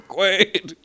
Quaid